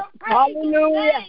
Hallelujah